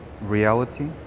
reality